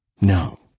No